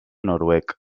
noruec